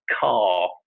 car